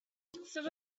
some